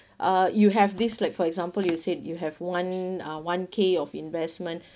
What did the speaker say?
uh you have this like for example you said you have one uh one K of investment